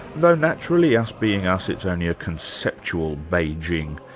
though naturally us being us, it's only a conceptual beijing,